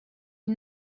est